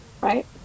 right